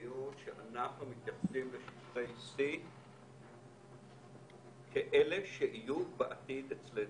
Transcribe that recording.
מדיניות שאנחנו מתייחסים לשטחי C כאלה שיהיו בעתיד אצלנו.